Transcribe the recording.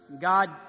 God